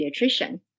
pediatrician